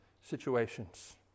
situations